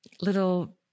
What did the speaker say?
little